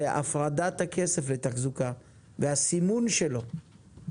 והפרדת הכסף לתחזוקה, והסימון שלו.